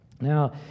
Now